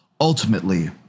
Ultimately